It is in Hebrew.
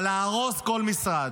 אבל להרוס כל משרד.